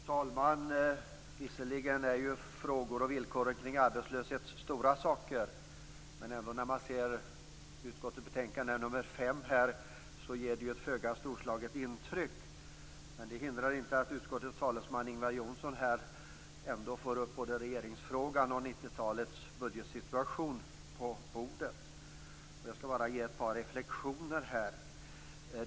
Fru talman! Visserligen är frågorna och villkoren kring arbetslöshet stora saker, men när man ser utskottets betänkande nr 5 ger det ett föga storslaget intryck. Det hindrar dock inte att utskottets talesman Ingvar Johnsson här får upp både regeringsfrågan och 90 talets budgetsituation på bordet. Jag skall här bara ge ett par reflexioner.